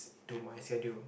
to my schedule